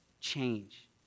change